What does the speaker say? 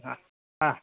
ஆ ஆ